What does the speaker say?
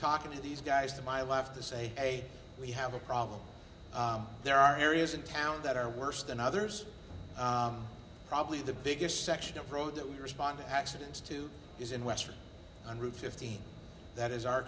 talking to these guys to my left to say hey we have a problem there are areas in town that are worse than others probably the biggest section of road that we respond accidents to is in west on route fifty that is our